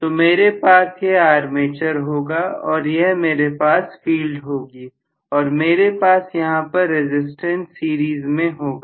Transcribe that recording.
तो मेरे पास यह आर्मेचर होगा और यह मेरे पास फील्ड होगी और मेरे पास यहां पर रसिस्टेंस सीरीज में होगा